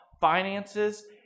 finances